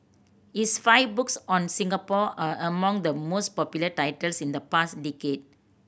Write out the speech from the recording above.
his five books on Singapore are among the most popular titles in the past decade